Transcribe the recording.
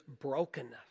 brokenness